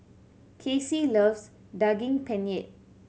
Kassie loves Daging Penyet